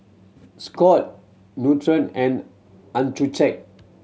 Scott Nutren and Accucheck